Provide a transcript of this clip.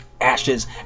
Ashes